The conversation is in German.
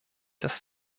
das